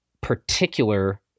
particular